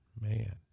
Man